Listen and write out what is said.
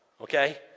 Okay